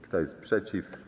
Kto jest przeciw?